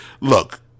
look